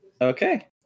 Okay